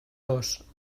dos